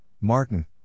Martin